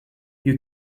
you